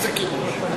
איזה כיבוש?